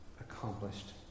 accomplished